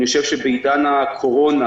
בעידן הקורונה,